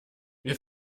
wir